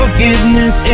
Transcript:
Forgiveness